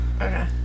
Okay